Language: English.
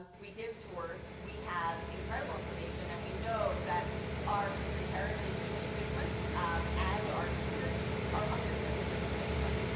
we give tours. tours. we have incredible information. and we know that our history and heritage constituents um and our teachers are hungry for this information.